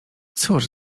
cóż